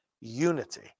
Unity